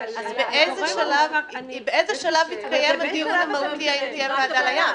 אז באיזה שלב יתקיים הדיון המהותי האם תהיה ועדה לים?